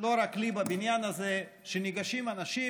לא רק לי בבניין הזה שניגשים אנשים,